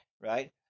right